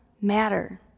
matter